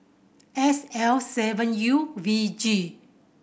S L seven U V G